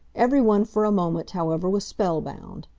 every one for a moment, however, was spellbound.